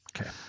Okay